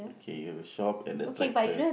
okay you have a shop and a tractor